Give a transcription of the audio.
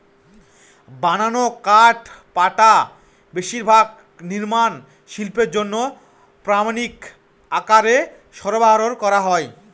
বানানো কাঠপাটা বেশিরভাগ নির্মাণ শিল্পের জন্য প্রামানিক আকারে সরবরাহ করা হয়